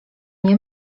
nie